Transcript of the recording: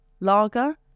lager